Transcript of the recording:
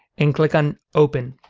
and click on open.